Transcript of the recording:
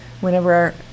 whenever